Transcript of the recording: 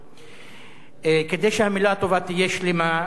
כדי שהמלה הטובה תהיה שלמה אני שב